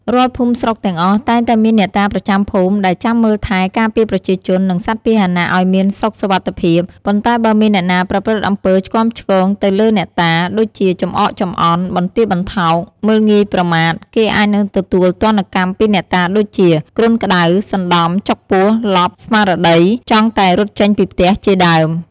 រាល់ភូមិស្រុកទាំងអស់ តែងតែមានអ្នកតាប្រចាំភូមិ ដែលចាំមើលថែ ការពារប្រជាជន និងសត្វពាហនៈឱ្យមានសុខសុវត្ថិភាព ប៉ុន្តែបើមានអ្នកណាប្រព្រឹត្តអំពើឆ្គាំឆ្គងទៅ លើអ្នកតា ដូចជាចំអកចំអន់ បន្ទាបបន្ថោក មើលងាយប្រមាថ គេអាចនឹងទទួលទណ្ឌ កម្មពីអ្នកតាដូចជា គ្រុនក្ដៅ សន្តំ ចុកពោះ ឡប់ ស្មារតី ចង់តែរត់ចេញពីផ្ទះ ជាដើម ។